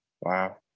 Wow